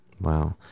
Wow